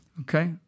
Okay